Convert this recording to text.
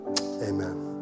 Amen